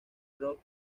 rock